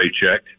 paycheck –